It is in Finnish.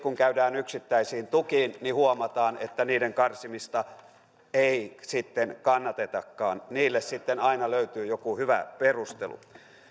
kun käydään yksittäisiin tukiin niin huomataan että niiden karsimista ei sitten kannatetakaan niille sitten aina löytyy joku hyvä perustelu